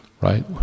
right